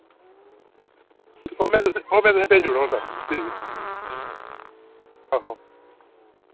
ओह् मैं तुसें ओह् मैं तुसें भेजी ओड़ अऊं पैह्ले ठीक ऐ आहो